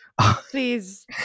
Please